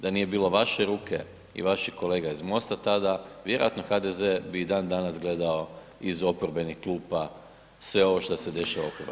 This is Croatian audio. Da nije bilo vaše ruke i vaših kolega iz MOST-a tada, vjerojatno HDZ bi i dan danas gledao iz oporbenih klupa sve ovo što se dešava u Hrvatskoj.